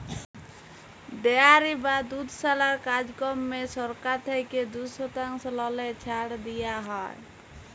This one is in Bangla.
ডেয়ারি বা দুধশালার কাজকম্মে সরকার থ্যাইকে দু শতাংশ ললে ছাড় দিয়া হ্যয়